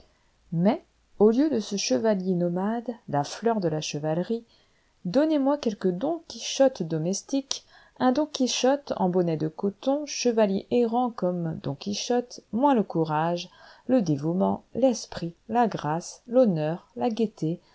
mais au lieu de ce chevalier nomade la fleur de la chevalerie donnez-moi quelque don quichotte domestique un don quichotte en bonnet de coton chevalier errant comme don quichotte moins le courage le dévouement l'esprit la grâce l'honneur la gaieté